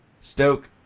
Stoke